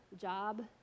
job